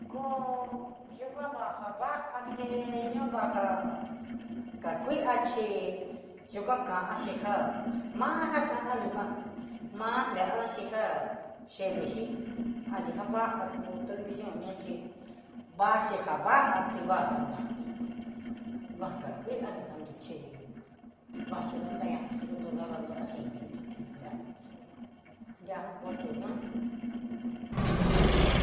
Koo yukan va'a java té ñion vaja, kakui yukan kanxhi já ma'anja, kanxhi kua ma'a liandaxhi ja chedexhi anri kava kú television ñaxhi va'a xhi java'a té, vajan nraví vaka kuii, anikan doxhí vaxhi danta ñaxhí kudun dava yaxhí kudun dava ñaxhi chí nindonde nravixhi kon diajan kuaté yuan.